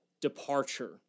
departure